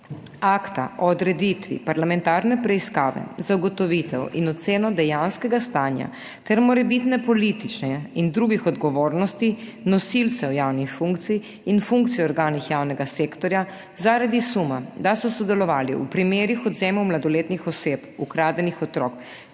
zbor odredil parlamentarno Preiskavo za ugotovitev in oceno dejanskega stanja ter morebitne politične in drugih odgovornosti nosilcev javnih funkcij in funkcij v organih javnega sektorja zaradi suma, da so sodelovali v primerih odvzemov mladoletnih oseb (ukradenih otrok),